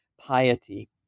piety